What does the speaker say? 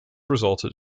resulted